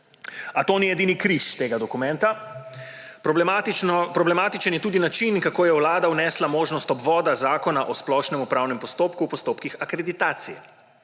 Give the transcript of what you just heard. A to ni edini križ tega dokumenta. Problematičen je tudi način, kako je Vlada vnesla možnost obvoda Zakona o splošnem upravnem postopku v postopkih akreditacije.